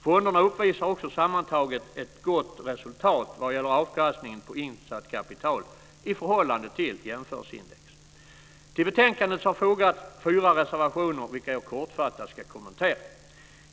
Fonderna uppvisar också sammantaget ett gott resultat vad gäller avkastningen på insatt kapital i förhållande till jämförelseindex. Till betänkandet har fogats fyra reservationer vilka jag kortfattat ska kommentera.